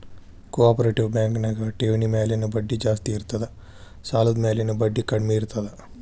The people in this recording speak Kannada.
ಕೊ ಆಪ್ರೇಟಿವ್ ಬ್ಯಾಂಕ್ ನ್ಯಾಗ ಠೆವ್ಣಿ ಮ್ಯಾಲಿನ್ ಬಡ್ಡಿ ಜಾಸ್ತಿ ಇರ್ತದ ಸಾಲದ್ಮ್ಯಾಲಿನ್ ಬಡ್ಡಿದರ ಕಡ್ಮೇರ್ತದ